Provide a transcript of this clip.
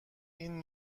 این